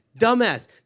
dumbass